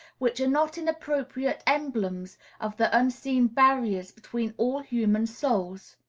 which are not inappropriate emblems of the unseen barriers between all human souls.